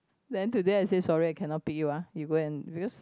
then today I say sorry I cannot pick you ah you go and because